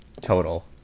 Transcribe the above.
total